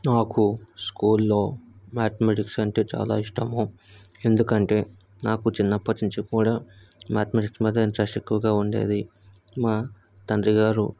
నాకు స్కూల్లో మ్యాథమెటిక్స్ అంటే చాలా ఇష్టము ఎందుకంటే నాకు చిన్నప్పటి నుంచి కూడా మ్యాథమెటిక్స్ మీద ఇంట్రెస్ట్ ఎక్కువగా ఉండేది మా తండ్రిగారు